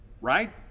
Right